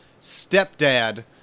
stepdad